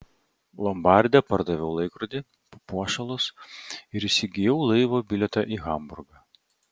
lombarde pardaviau laikrodį papuošalus ir įsigijau laivo bilietą į hamburgą